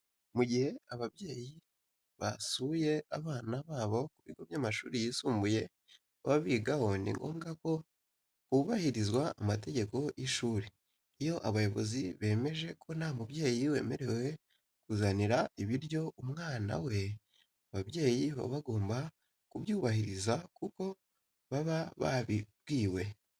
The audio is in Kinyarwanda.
Mu gihe ababyeyi basuye abana babo ku bigo by'amashuri yisumbuye baba bigaho, ni ngombwa ko hubahirizwa amategeko y'ishuri. Iyo abayobozi bemeje ko nta mubyeyi wemerewe kuzanira ibiryo umwana we, ababyeyi baba bagomba kubyubahiriza nkuko baba babibwiwe.